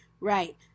Right